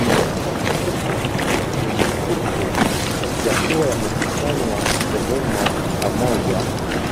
Mabomba makubwa yenye kutu yakiwa yamekusanywa sehemu pamoja,